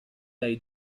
dai